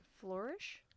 Flourish